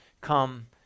come